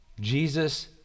Jesus